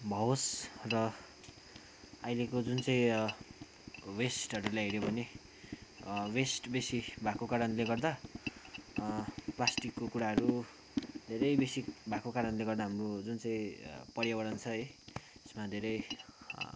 होस् र अहिलेको जुन चाहिँ वेस्टहरूलाई हेऱ्यो भने वेस्ट बेसी भएको कारणले गर्दा प्लास्टिकको कुराहरू धेरै बेसी भएको कारणले गर्दा हाम्रो जुन चाहिँ पर्यावरण छ है त्यसमा धेरै